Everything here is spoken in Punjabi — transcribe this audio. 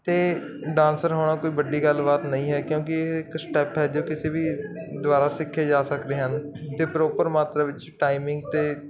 ਤੇ ਡਾਂਸਰ ਹੋਣਾ ਕੋਈ ਵੱਡੀ ਗੱਲਬਾਤ ਨਹੀਂ ਹੈ ਕਿਉਂਕਿ ਇਹ ਇੱਕ ਸਟੈਪ ਹੈ ਜੋ ਕਿਸੇ ਵੀ ਦੁਆਰਾ ਸਿੱਖੇ ਜਾ ਸਕਦੇ ਹਨ ਤੇ ਪ੍ਰੋਪਰ ਮਾਤਰਾ ਵਿੱਚ ਟਾਈਮਿੰਗ ਤੇ